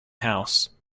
house